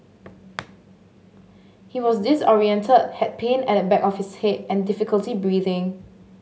he was disorientated had pain at the back of his head and difficulty breathing